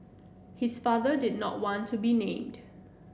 his father did not want to be named